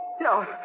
No